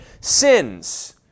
sins